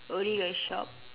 owning a shop